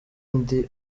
ndi